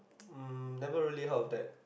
um never really heard of that